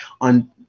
on